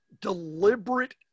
deliberate